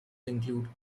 include